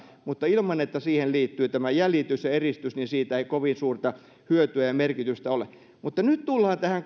mutta ilman että siihen liittyy tämä jäljitys ja eristys siinä ei kovin suurta hyötyä ja merkitystä ole nyt tullaan tähän